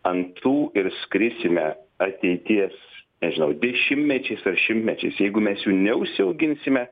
ant tų ir skrisime ateities nežinau dešimmečiais ar šimtmečiais jeigu mes jų neužsiauginsime